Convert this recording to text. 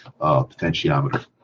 potentiometer